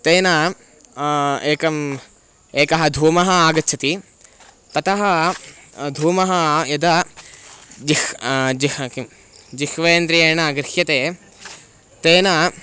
तेन एकः एकः धूमः आगच्छति ततः धूमः यदा जिह् जिह् किं जिह्वेन्द्रियेण गृह्यते तेन